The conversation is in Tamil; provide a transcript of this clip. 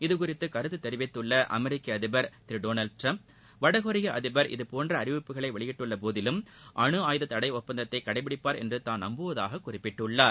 இதுகுறித்து கருத்து தெரிவித்துள்ள அமெரிக்க அதிபர் திரு டொனால்டு டிரம்ப் வடகொரிய அதிபர் இதபோன்ற அறிவிப்புகளை வெளியிட்டுள்ள போதிலும் அனுஆயுதத் தடை ஒப்பந்தத்தை கடைபிடிப்பார் என்று தாம் நம்புவதாக குறிப்பிட்டுள்ளார்